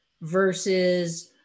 versus